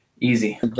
Easy